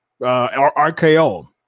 RKO